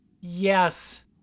yes